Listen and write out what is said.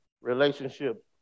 relationship